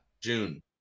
June